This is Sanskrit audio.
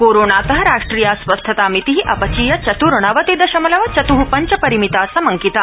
कोरोनात राष्ट्रिया स्वस्थता मिति अपचीय चतुर्णवति दशमलव चतु पंच परिमिता समंकिता